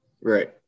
Right